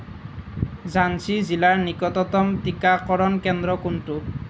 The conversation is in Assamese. ঝান্সী জিলাৰ নিকটতম টীকাকৰণ কেন্দ্ৰ কোনটো